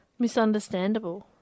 Misunderstandable